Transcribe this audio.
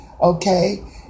okay